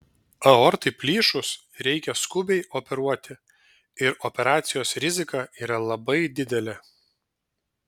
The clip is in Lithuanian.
aortai plyšus reikia skubiai operuoti ir operacijos rizika yra labai didelė